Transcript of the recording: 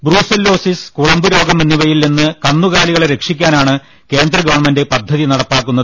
brucellosis കുളമ്പുരോഗം എന്നിവയിൽ നിന്ന് കന്നു കാലികളെ രക്ഷിക്കാനാണ് കേന്ദ്ര ഗവൺമെന്റ് പദ്ധതി നട പ്പാക്കുന്നത്